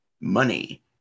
money